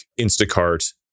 instacart